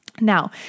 Now